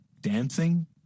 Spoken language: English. dancing